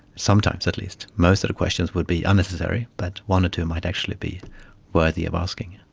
sometimes at least. most of the questions would be unnecessary but one or two might actually be worthy of asking.